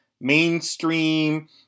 mainstream